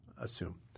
assume